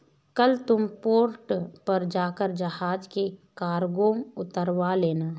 कल तुम पोर्ट पर जाकर जहाज से कार्गो उतरवा लेना